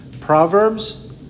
Proverbs